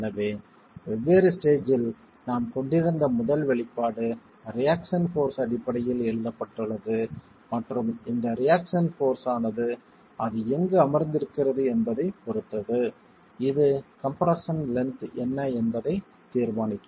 எனவே வெவ்வேறு ஸ்டேஜ்ஜில் நாம் கொண்டிருந்த முதல் வெளிப்பாடு ரியாக்சன் போர்ஸ் அடிப்படையில் எழுதப்பட்டுள்ளது மற்றும் இந்த ரியாக்சன் போர்ஸ் ஆனது அது எங்கு அமர்ந்திருக்கிறது என்பதைப் பொறுத்தது இது கம்ப்ரெஸ்ஸன் லென்த் என்ன என்பதை தீர்மானிக்கும்